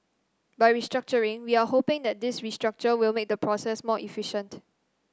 by restructuring we are hoping that this restructure will make the process more efficient